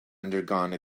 undergone